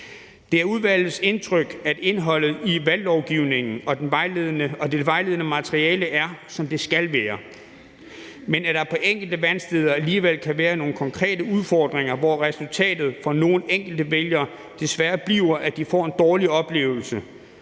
Det er udvalgets indtryk, at indholdet i valglovgivningen og det vejledende materiale er, som det skal være, men at der på enkelte valgsteder alligevel kan være nogle konkrete udfordringer, hvor resultatet for nogle enkelte vælgere desværre bliver, at de får en dårlig oplevelse